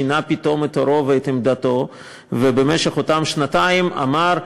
שינה פתאום את עורו ואת עמדתו ובמשך אותן שנתיים אמר: